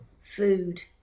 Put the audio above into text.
food